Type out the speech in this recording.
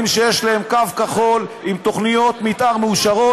שיש להן קו כחול עם תוכניות מתאר מאושרות,